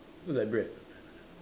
like bread